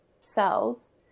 cells